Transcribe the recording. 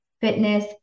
fitness